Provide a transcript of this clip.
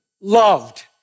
loved